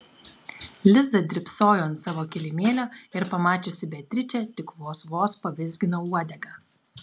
liza drybsojo ant savo kilimėlio ir pamačiusi beatričę tik vos vos pavizgino uodegą